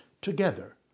together